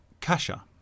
Kasha